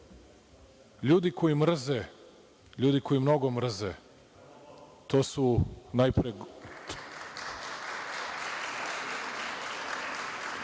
ljudi koji mrze, ljudi koji mnogo mrze, to su najpre…